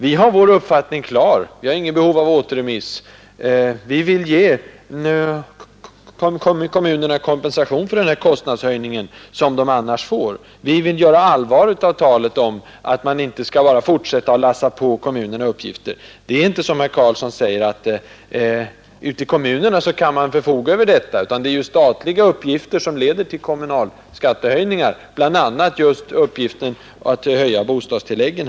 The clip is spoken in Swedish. Vi har vår uppfattning klar och har inget behov av återremiss. Vi vill ge kommunerna kompensation för denna kostnadshöjning. Vi vill göra allvar av talet om att man inte skall fortsätta att lassa på kommunerna uppgifter. Det är inte som herr Göran Karlsson säger att man ute i kommunerna förfogar över sina pengar, utan det är statliga uppgifter som leder till de kommunala skattehöjningarna, bl.a. just uppgiften att höja bostadstilläggen.